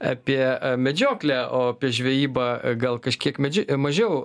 apie medžioklę o apie žvejybą gal kažkiek medži mažiau